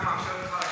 התקנה מאפשרת לך,